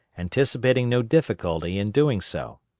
anticipating no difficulty in doing so.